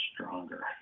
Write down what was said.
stronger